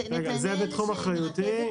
זה בתחום אחריותי.